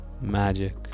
magic